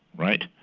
right?